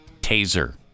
Taser